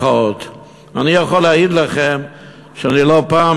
אני יכול להעיד לכם שאני לא פעם,